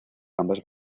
ambas